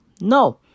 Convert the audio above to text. No